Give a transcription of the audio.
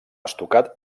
estucat